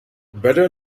better